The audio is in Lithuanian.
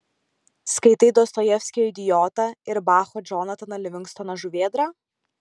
skaitai dostojevskio idiotą ir bacho džonataną livingstoną žuvėdrą